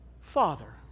Father